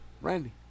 Randy